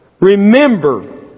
Remember